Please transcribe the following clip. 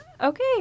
Okay